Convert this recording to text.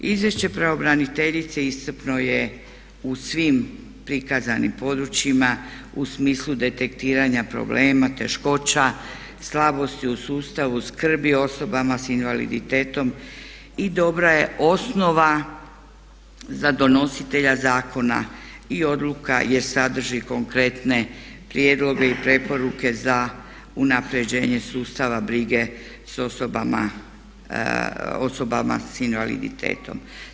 Izvješće pravobraniteljice iscrpno je u svim prikazanim područjima u smislu detektiranja problema, teškoća, slabosti u sustavu skrbi o osobama s invaliditetom i dobra je osnova za donositelja zakona i odluka jer sadrži konkretne prijedloge i preporuke za unapređenje sustava brige o osobama s invaliditetom.